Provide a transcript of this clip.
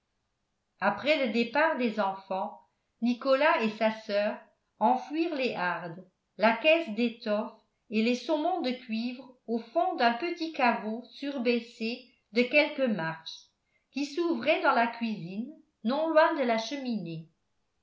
après le départ des enfants nicolas et sa soeur enfouirent les hardes la caisse d'étoffes et les saumons de cuivre au fond d'un petit caveau surbaissé de quelques marches qui s'ouvrait dans la cuisine non loin de la cheminée